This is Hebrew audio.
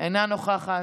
אינה נוכחת.